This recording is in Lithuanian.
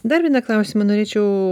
dar vieną klausimą norėčiau